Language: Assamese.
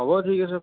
হ'ব ঠিক আছে